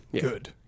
Good